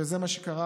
וזה מה שקרה